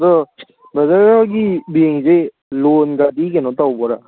ꯑꯗꯣ ꯕ꯭ꯔꯗꯔ ꯍꯣꯏꯒꯤ ꯕꯦꯡꯁꯦ ꯂꯣꯟꯒꯗꯤ ꯀꯩꯅꯣ ꯇꯧꯕ꯭ꯔꯥ